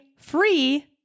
Free